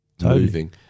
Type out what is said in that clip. moving